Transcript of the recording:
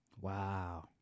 Wow